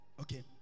Okay